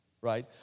right